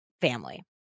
family